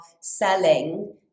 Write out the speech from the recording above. selling